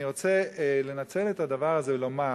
אני רוצה לנצל את הדבר הזה ולומר,